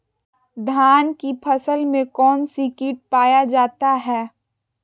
धान की फसल में कौन सी किट पाया जाता है?